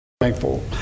thankful